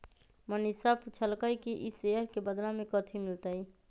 मनीषा पूछलई कि ई शेयर के बदला मे कथी मिलतई